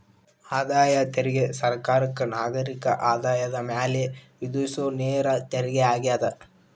ಆದಾಯ ತೆರಿಗೆ ಸರ್ಕಾರಕ್ಕ ನಾಗರಿಕರ ಆದಾಯದ ಮ್ಯಾಲೆ ವಿಧಿಸೊ ನೇರ ತೆರಿಗೆಯಾಗ್ಯದ